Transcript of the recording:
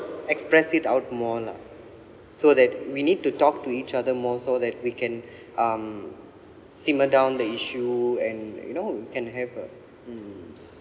express it out more lah so that we need to talk to each other more so that we can um simmer down the issue and you know can have a mm